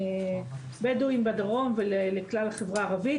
לבדואים בדרום ולכלל החברה הערבית.